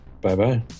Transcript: bye-bye